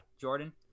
Jordan